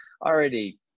already